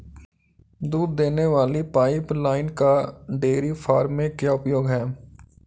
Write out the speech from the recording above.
दूध देने वाली पाइपलाइन का डेयरी फार्म में क्या उपयोग है?